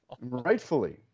rightfully